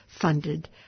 funded